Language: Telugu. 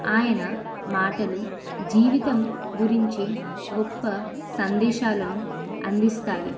ఆయన మాటలు జీవితం గురించి గొప్ప సందేశాలను అందిస్తాయి